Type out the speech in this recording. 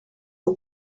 for